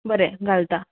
बरें घालतां